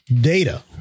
data